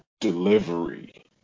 Delivery